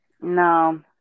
No